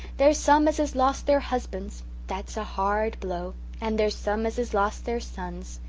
there's some as has lost their husbands that's a hard blow and there's some as has lost their sons.